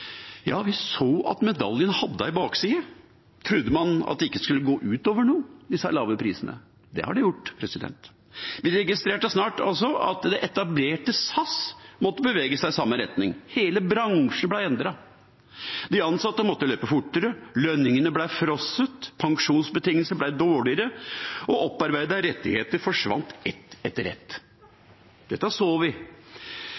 Ja, vi så at medaljen hadde en bakside. Trodde man at disse lave prisene ikke skulle gå ut over noe – det har det gjort. Vi registrerte også snart at det etablerte selskapet SAS måtte bevege seg i samme retning. Hele bransjen ble endret. De ansatte måtte løpe fortere, lønningene ble fryst, pensjonsbetingelser ble dårligere, og opparbeidede rettigheter forsvant, én etter